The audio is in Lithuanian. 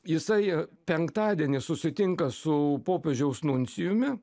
jisai penktadienį susitinka su popiežiaus nuncijumi